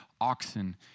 oxen